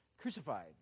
crucified